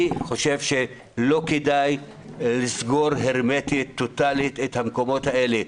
אני חושב שלא כדאי לסגור הרמטית טוטלית את המקומות האלה,